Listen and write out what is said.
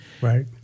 right